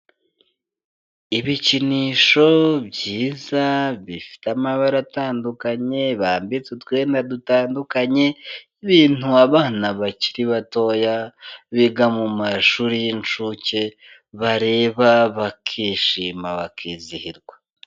Ibikinisho byiza bifite amabara atandukanye bambitse utwenda dutandukanye, ibintu abana bakiri batoya biga mu mashuri y'incuke bareba bakishima bakizihirwa.